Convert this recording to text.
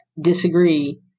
disagree